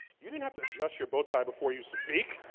you didn't have to adjust your bowtie before you speak.